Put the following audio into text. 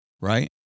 right